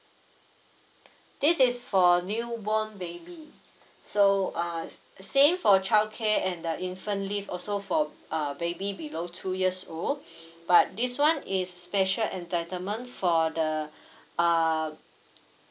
this is for newborn baby so uh same for childcare and the infant leave also for uh baby below two years old but this [one] is special entitlement for the uh